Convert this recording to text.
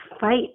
fight